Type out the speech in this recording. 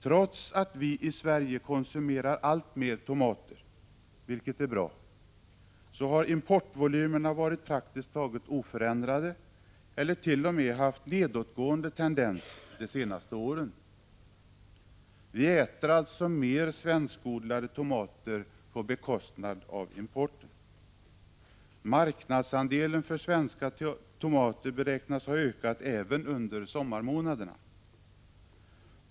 Trots att vi i Sverige konsumerar alltmer tomater, vilket är bra, har importvolymerna praktiskt taget varit oförändrade eller t.o.m. haft en nedåtgående tendens de senaste åren. Vi äter alltså mer svenskodlade tomater på bekostnad av importen. Marknadsandelen för svenska tomater beräknas ha ökat även under sommarmånaderna.